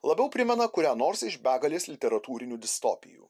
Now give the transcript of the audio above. labiau primena kurią nors iš begalės literatūrinių distopijų